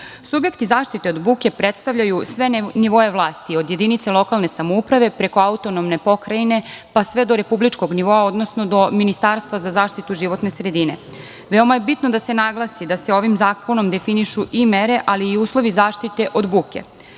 objekata. Subjekti zaštite od buke predstavljaju sve nivoe vlasti od jedinica lokalne samouprave, preko autonomne pokrajine, pa sve do republičkog nivoa, odnosno do Ministarstva za zaštitu životne sredine. Veoma je bitno da se naglasi da se ovim zakonom definišu i mere ali i uslovi zaštite od